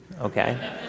okay